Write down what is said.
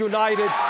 United